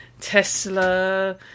Tesla